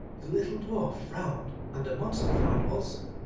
the little dwarf frowned, and the monster frowned also.